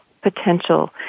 potential